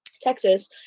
Texas